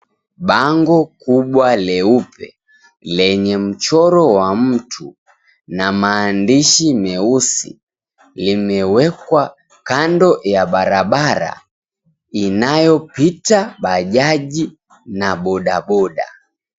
Bango kubwa leupe, lenye mchoro wa mtu na maandishi meusi, limeweka kando ya barabara inayopita bajaji na bodaboda.